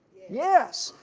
yes,